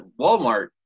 Walmart